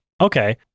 Okay